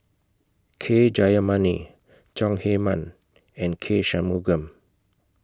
K Jayamani Chong Heman and K Shanmugam